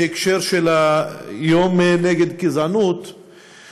בהקשר של היום נגד גזענות,